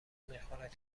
میخورد